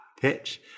pitch